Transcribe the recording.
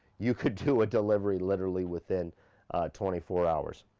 you could do a delivery literally within twenty four hours.